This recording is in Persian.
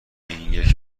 اینیک